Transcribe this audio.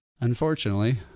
unfortunately